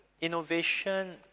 innovation